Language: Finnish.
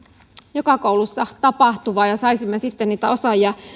joka koulussa tapahtuvaa ja saisimme sitten niitä osaajia